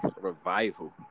revival